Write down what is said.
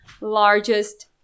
largest